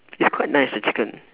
it's quite nice the chicken